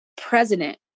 president